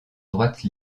droite